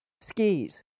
skis